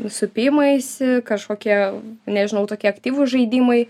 supimaisi kažkokie nežinau tokie aktyvūs žaidimai